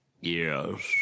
Yes